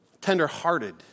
tenderhearted